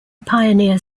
pioneer